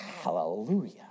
Hallelujah